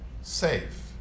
safe